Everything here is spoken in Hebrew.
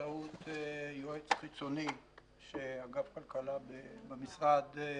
באמצעות יועץ חיצוני שאגף כלכלה במשרד העסיק,